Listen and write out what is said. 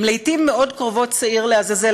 הם לעתים מאוד קרובות שעיר לעזאזל.